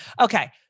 Okay